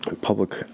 public